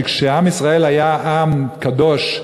שכשעם ישראל היה עם קדוש,